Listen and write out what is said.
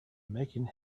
making